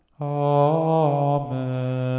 Amen